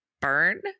burn